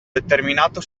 determinato